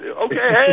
okay